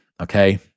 Okay